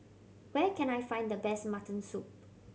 where can I find the best mutton soup